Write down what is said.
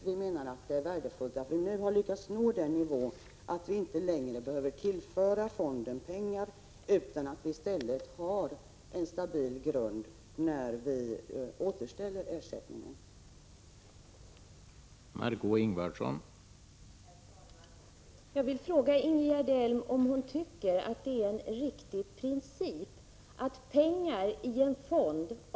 Vi menar att det är värdefullt att vi nu har lyckats nå den nivån att vi inte längre behöver tillföra fonden pengar utan i stället har en stabil grund när vi återställer ersättningsnivån.